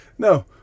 No